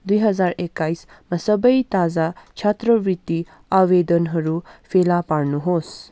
दुई हजार एक्काइसमा सबै ताजा छात्रवृत्ति आवेदनहरू फेला पार्नुहोस्